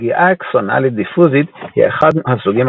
פגיעה אקסונאלית דיפוזית היא אחד הסוגים